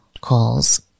calls